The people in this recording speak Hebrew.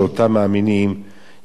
יקרב את קץ הימים.